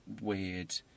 weird